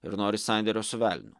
ir nori sandėrio su velniu